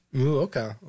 okay